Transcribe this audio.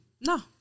No